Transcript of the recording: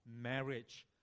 marriage